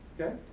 Okay